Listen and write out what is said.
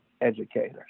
educators